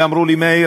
ואמרו לי: מאיר,